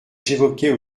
j’évoquais